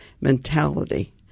mentality